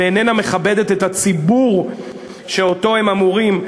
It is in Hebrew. ולא מכבדת את הציבור שאותו הם אמורים,